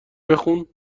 بخون